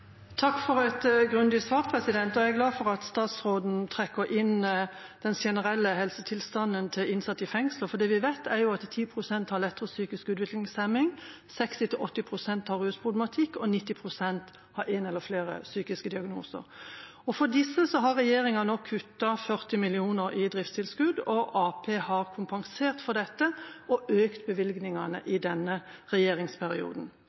Takk for et grundig svar. Jeg er glad for at statsråden trekker inn den generelle helsetilstanden til innsatte i fengsler, for det vi vet, er at 10 pst. har lettere psykisk utviklingshemning, 60–80 pst. har rusproblematikk og 90 pst. har en eller flere psykiske diagnoser. For disse har regjeringa nå kuttet 40 mill. kr i driftstilskudd, og Arbeiderpartiet har kompensert for dette og økt bevilgningene i denne regjeringsperioden.